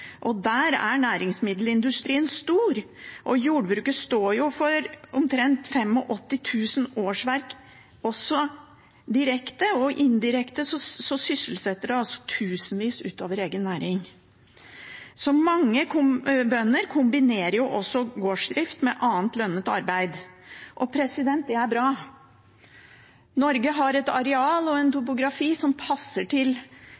og der er næringsmiddelindustrien stor. Jordbruket står for omtrent 85 000 årsverk direkte, og indirekte sysselsetter det tusenvis ut over egen næring. Så mange bønder kombinerer gårdsdrift med annet lønnet arbeid. Det er bra. Norge har et areal og en topografi som passer til